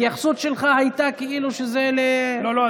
ההתייחסות שלך הייתה כאילו שזה, לא, לא.